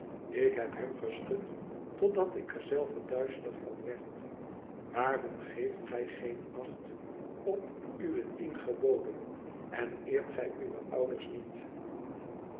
ik heb hem geschud totdat ik er zelve duizelig van werd waarom geeft gij geen acht op uwe tien geboden en eert gij uwe ouders niet